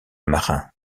marin